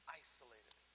isolated